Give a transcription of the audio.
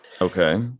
Okay